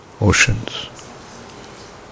oceans